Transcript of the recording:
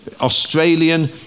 Australian